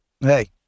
Hey